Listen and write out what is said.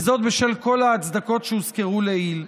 וזאת בשל כל ההצדקות שהוזכרו לעיל.